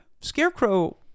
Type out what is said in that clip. Scarecrow